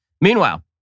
Meanwhile